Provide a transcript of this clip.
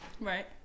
Right